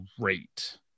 great